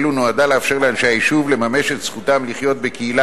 אלו נועדה לאפשר לאנשי היישוב לממש את זכותם לחיות בקהילה